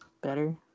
better